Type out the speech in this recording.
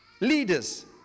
Leaders